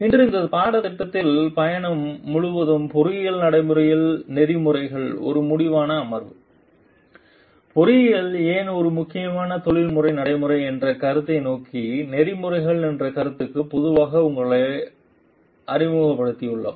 இன்று இந்த பாடத்திட்டத்தின் பயணம் முழுவதும் பொறியியல் நடைமுறையில் நெறிமுறைகளின் ஒரு முடிவான அமர்வு பொறியியல் ஏன் ஒரு முக்கியமான தொழில்முறை நடைமுறை என்ற கருத்தை நோக்கி நெறிமுறைகள் என்ற கருத்துக்கு மெதுவாக உங்களை அறிமுகப்படுத்தியுள்ளோம்